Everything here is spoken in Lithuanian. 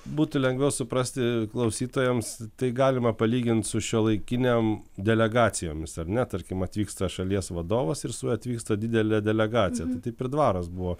būtų lengviau suprasti klausytojams tai galima palygint su šiuolaikinėm delegacijomis ar ne tarkim atvyksta šalies vadovas ir su juo atvyksta didelė delegacija tai taip ir dvaras buvo